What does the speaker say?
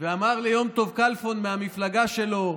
ואמר ליום טוב כלפון מהמפלגה שלו: